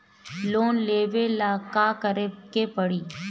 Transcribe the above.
Loan लेबे ला का करे के पड़ी?